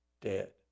dead